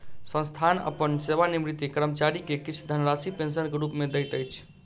संस्थान अपन सेवानिवृत कर्मचारी के किछ धनराशि पेंशन के रूप में दैत अछि